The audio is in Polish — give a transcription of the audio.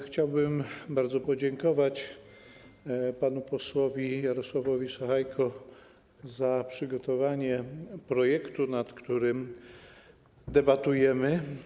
Chciałbym bardzo podziękować panu posłowi Jarosławowi Sachajce za przygotowanie projektu, nad którym debatujemy.